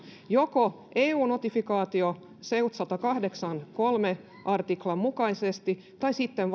joko eu notifikaatio seutn sadankahdeksan piste kolmannen artiklan mukaisesti tai sitten